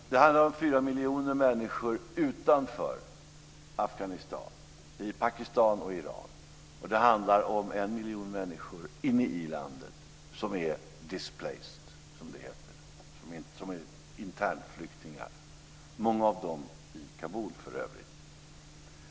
Fru talman! Det handlar om 4 miljoner människor utanför Afghanistan, i Pakistan och i Iran, och om 1 miljon människor inne i landet som är displaced, som det heter - som är internflyktingar, många av dem i Kabul för övrigt.